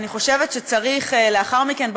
אני חושבת שצריך לאחר מכן,